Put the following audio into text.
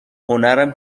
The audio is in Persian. هنرم